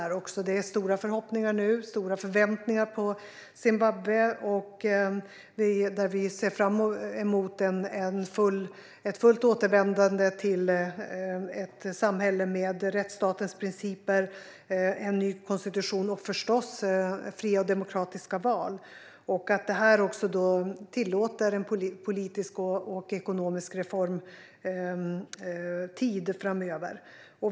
Det finns stora förhoppningar och förväntningar på Zimbabwe. Vi ser fram emot ett fullt återvändande till ett samhälle med rättsstatens principer, en ny konstitution och förstås fria och demokratiska val - att man tillåter en politisk och ekonomisk reformtid framöver.